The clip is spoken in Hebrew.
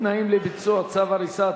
תנאים לביצוע צו הריסה),